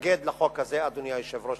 נתנגד לחוק הזה, אדוני היושב-ראש.